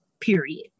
period